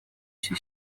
się